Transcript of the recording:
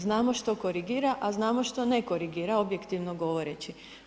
Znamo što korigira a znamo što ne korigira objektivno govoreći.